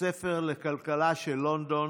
הספר לכלכלה של לונדון,